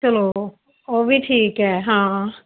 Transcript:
ਚੱਲੋ ਉਹ ਵੀ ਠੀਕ ਹੈ ਹਾਂ